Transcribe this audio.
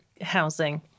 housing